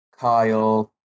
Kyle